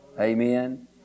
Amen